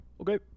okay